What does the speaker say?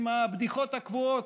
עם הבדיחות הקבועות,